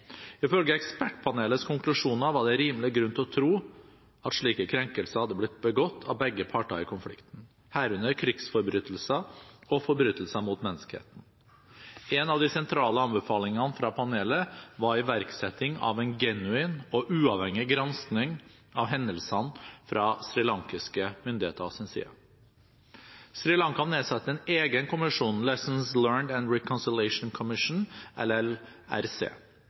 Ifølge ekspertpanelets konklusjoner var det rimelig grunn til å tro at slike krenkelser hadde blitt begått av begge parter i konflikten, herunder krigsforbrytelser og forbrytelser mot menneskeheten. En av de sentrale anbefalingene fra panelet var iverksetting av en genuin og uavhengig gransking av hendelsene fra srilankiske myndigheters side. Sri Lanka nedsatte en egen kommisjon, Lessons Learnt and Reconciliation Commission, LLRC. Kommisjonen kom opp med en